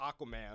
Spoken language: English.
Aquaman